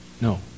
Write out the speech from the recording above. No